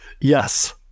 Yes